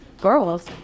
girls